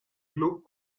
club